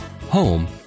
home